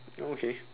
oh okay